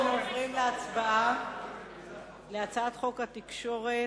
אנחנו עוברים להצבעה בקריאה ראשונה על הצעת חוק התקשורת